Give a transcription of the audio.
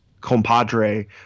compadre